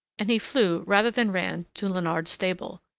and he flew rather than ran to leonard's stable.